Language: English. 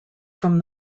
from